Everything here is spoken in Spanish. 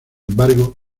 embargo